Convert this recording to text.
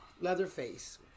Leatherface